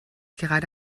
gerade